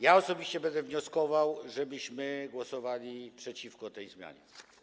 Ja osobiście będę wnioskował, żebyśmy głosowali przeciwko tej zmianie.